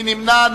מי נמנע?